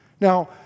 Now